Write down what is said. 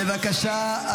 בבקשה,